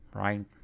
right